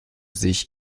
sich